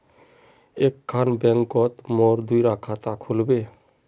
एक खान बैंकोत मोर दुई डा खाता खुल बे?